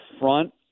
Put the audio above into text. front